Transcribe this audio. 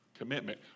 commitment